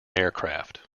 aircraft